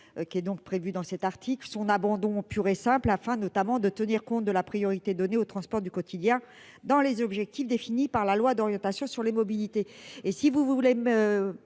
qui est donc prévu dans cet article, son abandon pur et simple, afin notamment de tenir compte de la priorité donnée aux transports du quotidien dans les objectifs définis par la loi d'orientation sur les mobilités